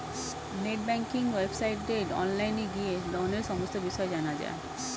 net banking ওয়েবসাইটে online গিয়ে লোনের সমস্ত বিষয় জানা যায়